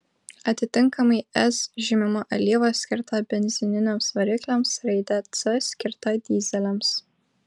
atitinkamai s žymima alyva skirta benzininiams varikliams raide c skirta dyzeliams